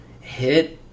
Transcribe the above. hit